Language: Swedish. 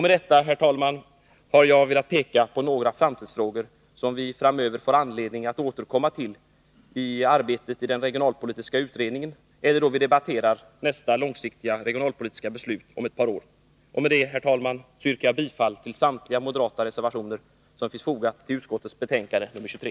Med detta, herr talman, har jag velat peka på några framtidsfrågor som vi framöver får anledning att återkomma till i arbetet i den regionalpolitiska utredningen eller i debatten om nästa långsiktiga regionalpolitiska beslut om ett par år. Herr talman! Jag yrkar bifall till samtliga moderata reservationer som är fogade till utskottets betänkande nr 23.